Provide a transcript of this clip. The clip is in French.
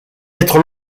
être